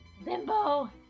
Limbo